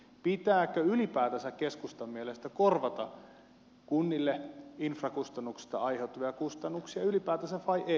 pitääkö ylipäätänsä keskustan mielestä korvata kunnille infrasta aiheutuvia kustannuksia vai ei